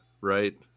right